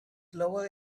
lower